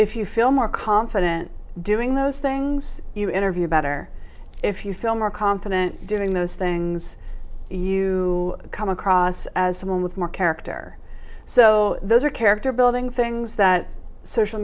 if you feel more confident doing those things you interview better if you feel more confident doing those things you come across as someone with more character so those are character building things that social